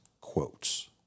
quotes